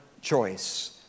choice